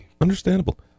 Understandable